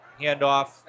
handoff